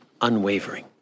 unwavering